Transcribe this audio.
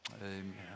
Amen